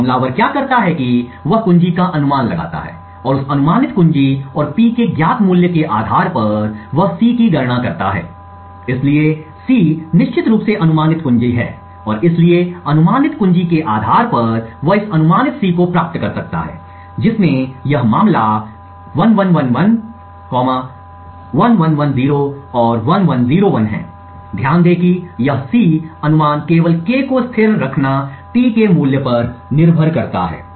अब हमलावर क्या करता है कि वह कुंजी का अनुमान लगाता है और उस अनुमानित कुंजी और P के ज्ञात मूल्य के आधार पर वह C की गणना करता है इसलिए C निश्चित रूप से अनुमानित कुंजी है और इसलिए अनुमानित कुंजी के आधार पर वह इस अनुमानित C को प्राप्त कर सकता है जिसमें यह मामला 1111 1110 और 1101 है ध्यान दें कि यह C अनुमान केवल K को स्थिर रखना t के मूल्य पर निर्भर करता है